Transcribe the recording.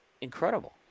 incredible